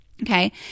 Okay